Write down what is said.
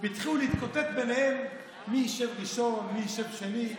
והתחילו להתקוטט ביניהם מי ישב ראשון, מי ישב שני,